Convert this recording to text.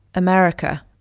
america.